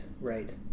right